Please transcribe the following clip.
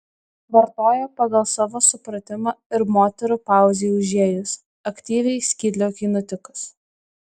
vartojo pagal savo supratimą ir moterų pauzei užėjus aktyviai skydliaukei nutikus